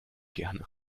gerne